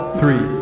three